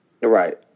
Right